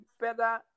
better